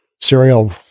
serial